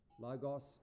Logos